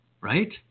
right